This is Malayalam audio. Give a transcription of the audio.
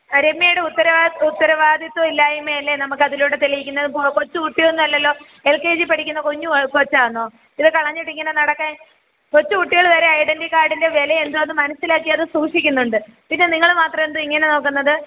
രമ്യയുടെ ഉത്തരവാദിത്വമില്ലായ്മയല്ലെ നമുക്കതിലൂടെ തെളിയിക്കുന്നത് കൊച്ചു കുട്ടിയൊന്നുമല്ലല്ലോ എൽ കെ ജിയിൽ പഠിക്കുന്ന കുഞ്ഞുകൊച്ചാണോ ഇത് കളഞ്ഞിട്ടിങ്ങനെ നടക്കാൻ കൊച്ചുകുട്ടികൾ വരെ ഐഡന്റിറ്റി കാർഡിന്റെ വില എന്താണെന്ന് മനസ്സിലാക്കി അത് സൂക്ഷിക്കുന്നുണ്ട് പിന്നെ നിങ്ങൾ മാത്രം എന്താണിങ്ങനെ നോക്കുന്നത്